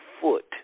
foot